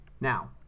Now